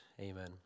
Amen